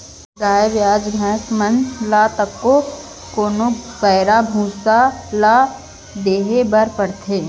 गाय ब्याज भैसा मन ल कतका कन पैरा अऊ भूसा ल देये बर पढ़थे?